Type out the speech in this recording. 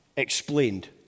explained